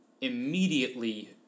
immediately